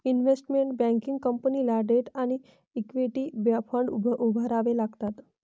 investment banking कंपनीला debt आणि equity fund उभारावे लागतात